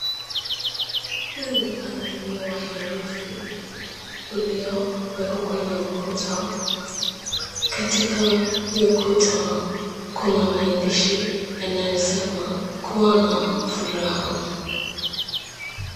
Hii ni mpangilio wa herufi uliowekwa kwenye ukuta ,katika hiyo ukuta kuna maandishi yanayosema "kuwa na furaha".